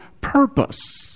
purpose